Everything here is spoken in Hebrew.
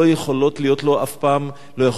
לא יכול להיות לו אף פעם נכס.